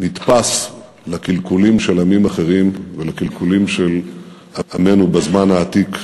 נתפס לקלקולים של עמים אחרים ולקלקולים של עמנו בזמן העתיק,